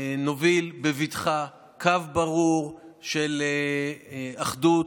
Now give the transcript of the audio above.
נוביל בבטחה קו ברור של אחדות,